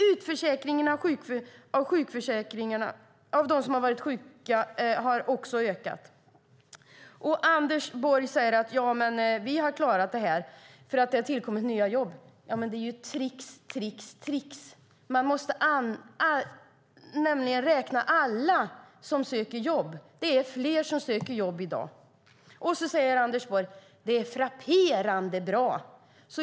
Utförsäkringen av dem som varit sjuka har också ökat, och Anders Borg säger att man klarat det hela eftersom det tillkommit nya jobb. Det är trick, trick, trick. Man måste nämligen räkna alla som söker jobb, och det är fler som söker jobb i dag. Sedan säger Anders Borg att det är frapperande bra.